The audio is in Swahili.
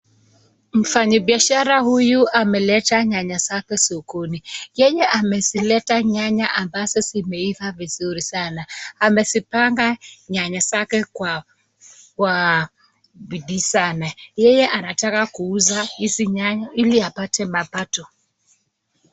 Mfanyabiashara huyu ameleta nyanya zake sokoni. Yeye amezileta nyanya ambazo zimeiva vizuri sanaa. Amezipanga nyanya zake kwa bidii sanaa. Yeye anataka kuuza hizi nyanya ili apate mapato.